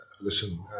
listen